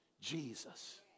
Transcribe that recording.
Jesus